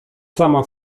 sama